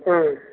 ம்